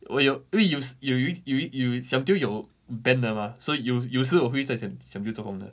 我有因为有 s~ 有一有一有 siam diu 有 band 的 mah so 有有时我会在 siam siam diu 做工的